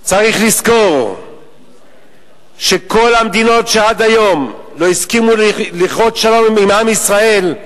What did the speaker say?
צריך לזכור שכל המדינות שעד היום לא הסכימו לכרות שלום עם עם ישראל,